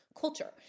culture